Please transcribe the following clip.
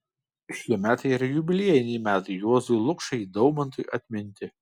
šie metai yra jubiliejiniai metai juozui lukšai daumantui atminti